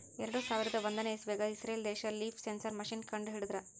ಎರಡು ಸಾವಿರದ್ ಒಂದನೇ ಇಸವ್ಯಾಗ್ ಇಸ್ರೇಲ್ ದೇಶ್ ಲೀಫ್ ಸೆನ್ಸರ್ ಮಷೀನ್ ಕಂಡು ಹಿಡದ್ರ